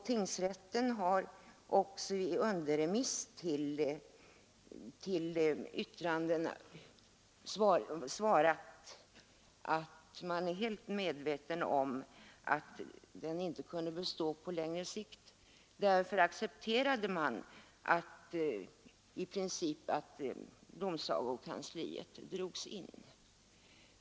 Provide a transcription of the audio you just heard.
Tingsrätten har också i underremiss svarat att man är helt medveten om att den inte kunde bestå på längre sikt. Därför accepterade man i princip att domsagokansliet drogs in.